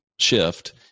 shift